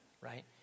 right